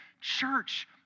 church